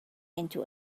into